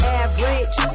average